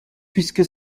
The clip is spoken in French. puisque